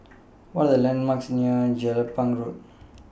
What Are The landmarks near Jelapang Road